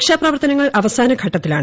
രക്ഷാപ്രവർത്തനങ്ങൾ അവസാനഘട്ടത്തിലാണ്